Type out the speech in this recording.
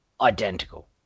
identical